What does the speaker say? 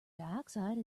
dioxide